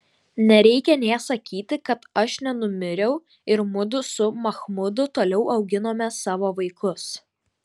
nereikia nė sakyti kad aš nenumiriau ir mudu su machmudu toliau auginome savo vaikus